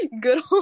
good